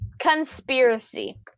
conspiracy